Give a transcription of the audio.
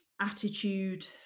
attitude